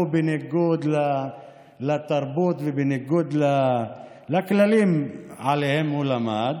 בניגוד לתרבות ובניגוד לכללים שלפיהם הוא למד,